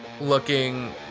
looking